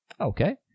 Okay